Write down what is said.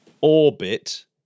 Orbit